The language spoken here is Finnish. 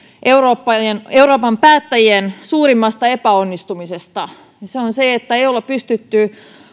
euroopan päättäjien suurimmasta epäonnistumisesta se on se että ei olla pystytty